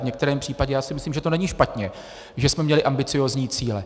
V některém případě myslím, že to není špatně, že jsme měli ambiciózní cíle.